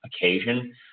occasion